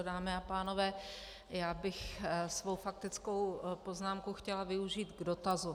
Dámy a pánové, já bych svou faktickou poznámku chtěla využít k dotazu.